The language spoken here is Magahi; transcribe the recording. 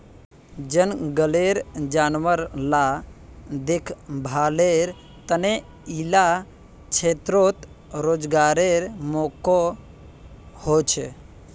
जनगलेर जानवर ला देख्भालेर तने इला क्षेत्रोत रोज्गारेर मौक़ा होछे